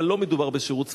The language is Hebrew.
אבל לא מדובר בשירות צבאי,